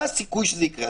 מה הסיכוי שזה יקרה?